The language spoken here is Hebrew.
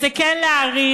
שזה כן להאריך